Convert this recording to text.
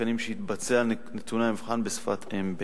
התקנים שהתבצע על נתוני המבחן בשפת-אם ב'.